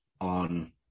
on